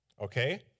okay